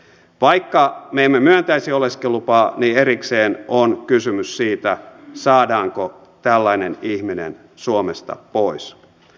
vaikka me emme myöntäisikään oleskelulupaa niin erikseen on kysymys siitä saadaanko tällainen ihminen suomesta pois